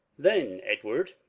then, edward,